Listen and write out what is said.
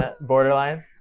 Borderline